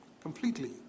completely